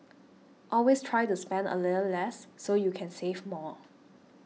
always try to spend a little less so you can save more